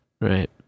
Right